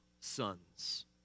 sons